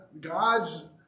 God's